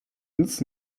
nic